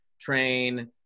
train